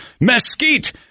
mesquite